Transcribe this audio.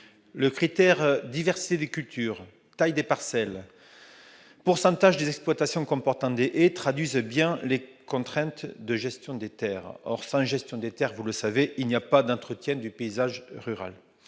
Les critères de diversité des cultures, de taille des parcelles et de pourcentage des exploitations comportant des haies traduisent bien les contraintes de gestion des terres. Or, sans gestion des terres, il n'y a pas d'entretien du paysage rural.